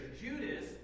Judas